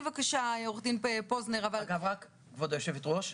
כבוד היושבת-ראש,